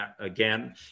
Again